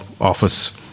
office